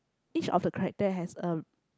each of the character has a